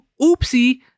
oopsie